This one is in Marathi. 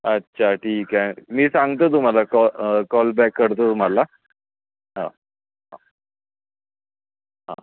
अच्छा ठीक आहे मी सांगतो तुम्हाला कॉ कॉलबॅक करतो तुम्हाला हो हो हो